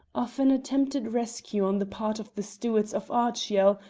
of an attempted rescue on the part of the stewarts of ardshiel,